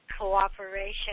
cooperation